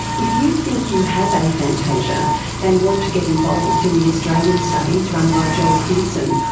if you think you have aphantasia and want to get involved in the australian studies run by joel pearson,